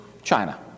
China